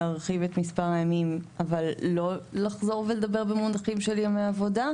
להרחיב את מספר הימים אבל לא לחזור ולדבר במונחים של ימי עבודה.